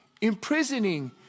imprisoning